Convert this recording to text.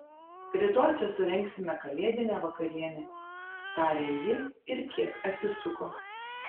rytoj čia surengsime kalėdinę vakarienę tarė ji ir kiek atsisuko